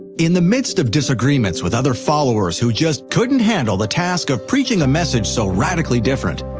in the midst of disagreements with other followers who just couldn't handle the task of preaching a message so radically different,